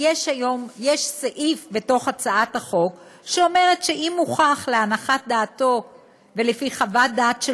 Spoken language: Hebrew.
יש סעיף בהצעת החוק שאומר שאם הוכח להנחת דעתו ולפי חוות דעת של